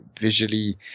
visually